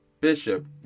bishop